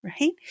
right